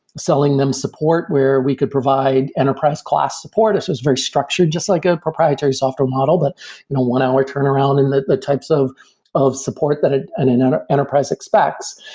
selling them support where we could provide enterprise class support. this was very structured just like a proprietary software model, but you know one hour turnaround and the the types of of support that ah an that an ah enterprise expects.